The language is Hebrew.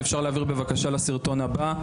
אפשר להעביר לסרטון הבא,